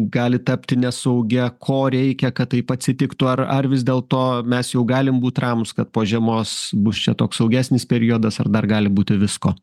gali tapti nesaugia ko reikia kad taip atsitiktų ar ar vis dėlto mes jau galim būt ramūs kad po žiemos bus čia toks saugesnis periodas ar dar gali būti visko